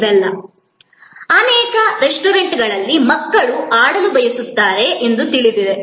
ಇದಲ್ಲದೆ ಅನೇಕ ರೆಸ್ಟೋರೆಂಟ್ಗಳಲ್ಲಿ ಮಕ್ಕಳು ಆಡಲು ಬಯಸುತ್ತಾರೆ ಎಂದು ತಿಳಿದಿದೆ